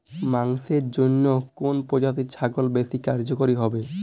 মাংসের জন্য কোন প্রজাতির ছাগল বেশি কার্যকরী হবে?